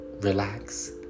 relax